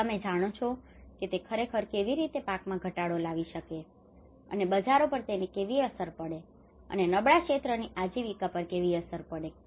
તમે જાણો છો કે તે ખરેખર કેવી રીતે પાકમાં ઘટાડો લાવી શકે છે અને બજારો પર તેની કેવી અસર પડે છે અને નબળા ક્ષેત્રની આજીવિકા પર કેવી અસર પડે છે